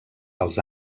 als